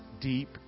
deep